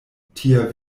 tia